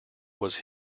was